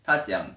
他讲